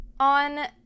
On